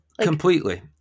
Completely